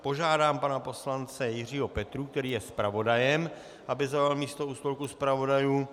Požádám pana poslance Jiřího Petrů, který je zpravodajem, aby zaujal místo u stolku zpravodajů.